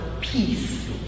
peace